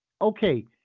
Okay